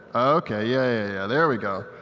okay, yeah there we go.